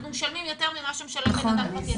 אנחנו משלמים יותר ממה שמשלם בן אדם פרטי.